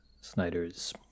Snyder's